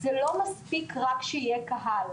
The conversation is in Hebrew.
זה לא מספיק רק שיהיה קהל,